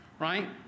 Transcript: right